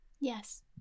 Yes